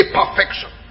perfection